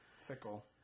fickle